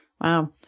wow